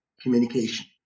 communication